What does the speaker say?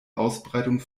ausbreitung